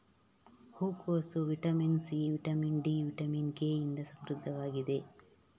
ಹೂಕೋಸು vitamin C, vitamin D, vitamin K ಇಂದ ಸಮೃದ್ಧವಾಗಿದೆ